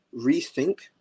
rethink